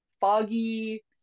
foggy